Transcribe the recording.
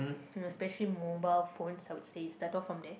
uh specially mobile phones I would say start off from there